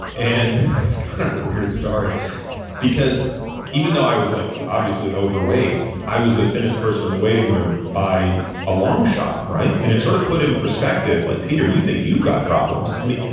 and it's kind of weird story because even though i was like obviously overweight, i was the thinnest person in the waiting room by a long shot, right. and it sort of put in perspective, like, peter, you think you've got problems. i mean,